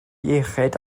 iechyd